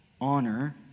Honor